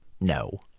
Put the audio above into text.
No